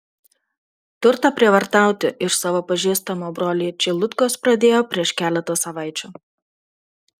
turtą prievartauti iš savo pažįstamo broliai čeilutkos pradėjo prieš keletą savaičių